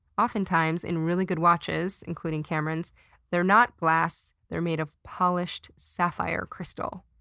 oftentimes in really good watches including cameron's they're not glass. they're made of polished sapphire crystal,